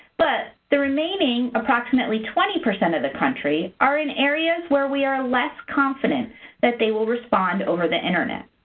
but the remaining approximately twenty percent of the country are in areas where we are less confident that they will respond over the internet.